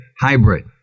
hybrid